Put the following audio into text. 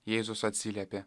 jėzus atsiliepė